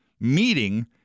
meeting